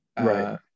right